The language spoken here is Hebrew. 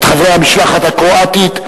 את חברי המשלחת הקרואטית,